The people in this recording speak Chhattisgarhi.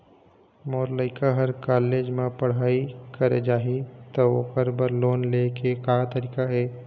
मोर लइका हर कॉलेज म पढ़ई करे जाही, त ओकर बर लोन ले के का तरीका हे?